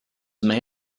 may